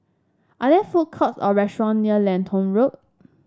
are there food courts or restaurants near Lentor Road